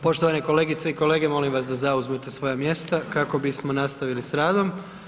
Poštovane kolegice i kolege, molim vas da zauzmete svoja mjesta kako bismo nastavili s radom.